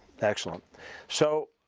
excellent so